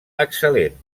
excel·lent